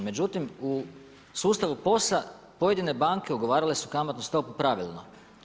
Međutim, u sustavu POS-a pojedine banke ugovarale su kamatnu stopu pravilno.